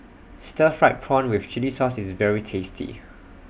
Stir Fried Prawn with Chili Sauce IS very tasty